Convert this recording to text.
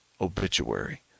obituary